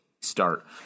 start